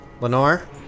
Lenore